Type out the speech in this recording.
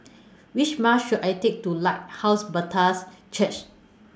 Which Bus should I Take to Lighthouse Baptist Church